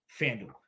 FanDuel